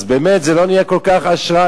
אז באמת זה לא נהיה כל כך אשרי,